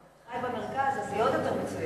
חי במרכז, אז היא עוד יותר מצוינת.